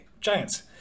giants